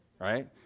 Right